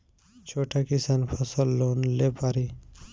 छोटा किसान फसल लोन ले पारी?